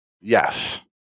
Yes